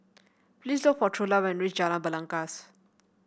please look for Trula when reach Jalan Belangkas